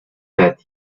that